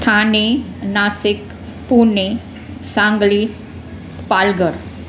Thane Nashik Pune Sangli Palgarh